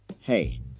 Hey